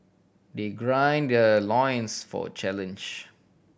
they gird their loins for challenge